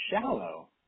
shallow